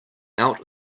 out